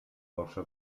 força